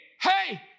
Hey